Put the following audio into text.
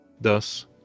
Thus